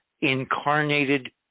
incarnated